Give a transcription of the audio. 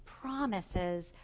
promises